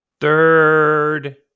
Third